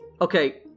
Okay